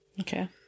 okay